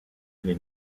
les